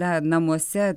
na namuose